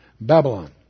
Babylon